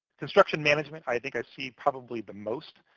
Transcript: construction management, i think i see probably the most.